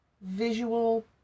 Visual